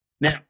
Now